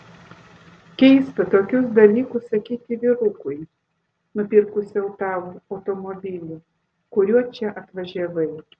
keista tokius dalykus sakyti vyrukui nupirkusiam tau automobilį kuriuo čia atvažiavai